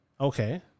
Okay